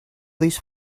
these